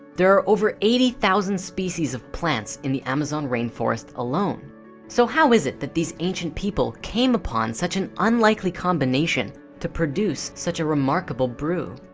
there are over eighty thousand species of plants in the amazon rainforest alone so, how is it that these ancient people came upon such an unlikely combination to produce such a remarkable brew